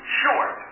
short